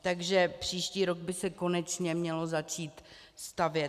Takže příští rok by se konečně mělo začít stavět.